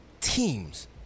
teams